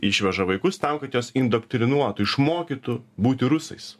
išveža vaikus tam kad juos indoktrinuotų išmokytų būti rusais